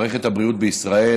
מערכת הבריאות בישראל,